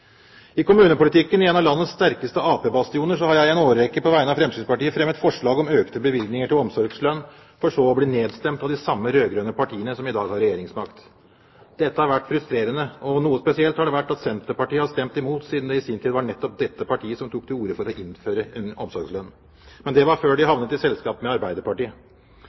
I kommunepolitikken i en av landets sterkeste arbeiderpartibastioner har jeg i en årrekke på vegne av Fremskrittspartiet fremmet forslag om økte bevilgninger til omsorgslønn for så å bli nedstemt av de samme rød-grønne partiene som i dag har regjeringsmakt. Dette har vært frustrerende, og noe spesielt har det vært at Senterpartiet har stemt imot, siden det i sin tid var nettopp dette partiet som tok til orde for å innføre en omsorgslønn. Men det var før de havnet i selskap med Arbeiderpartiet.